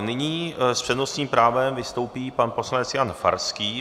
Nyní s přednostním právem vystoupí pan poslanec Jan Farský.